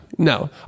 No